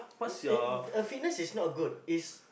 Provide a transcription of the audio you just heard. it a fitness is not good is